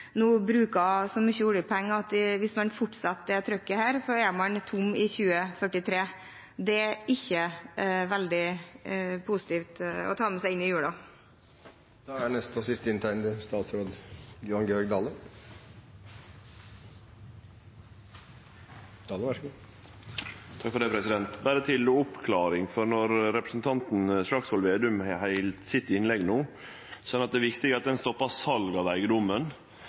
nå bruker så mye oljepenger at hvis man fortsetter dette trykket, er man tom i 2043. Det er ikke veldig positivt å ta med seg inn i jula. Berre til oppklaring: Då representanten Slagsvold Vedum heldt sitt innlegg no, sa han at det er viktig at ein stoppar salet av